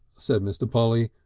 said mr. polly,